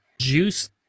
juice